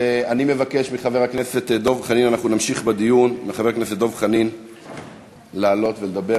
אני מבקש מחבר הכנסת דב חנין לעלות ולדבר.